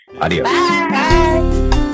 Adios